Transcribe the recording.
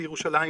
בירושלים,